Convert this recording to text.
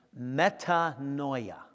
metanoia